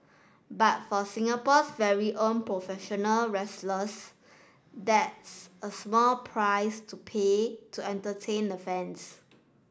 but for Singapore's very own professional wrestlers that's a small price to pay to entertain the fans